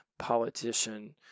Politician